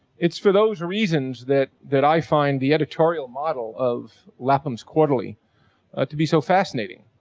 it's for those reasons that, that i find the editorial model of lapham's quarterly to be so fascinating.